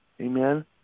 amen